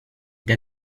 that